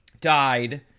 died